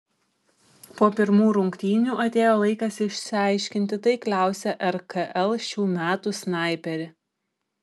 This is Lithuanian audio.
po pirmų rungtynių atėjo laikas išsiaiškinti taikliausią rkl šių metų snaiperį